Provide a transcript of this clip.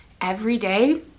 everyday